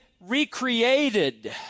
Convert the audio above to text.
recreated